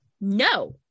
no